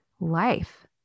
life